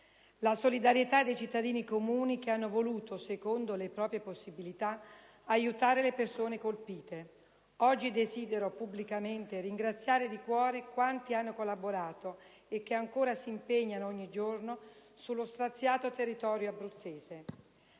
la solidarietà di cittadini comuni che hanno voluto, secondo le proprie possibilità, aiutare le persone colpite. Oggi desidero pubblicamente ringraziare di cuore quanti hanno collaborato e che ancora si impegnano ogni giorno sullo straziato territorio abruzzese.